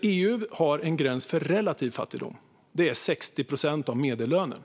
EU har en gräns för relativ fattigdom på 60 procent av medellönen.